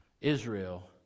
Israel